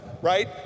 Right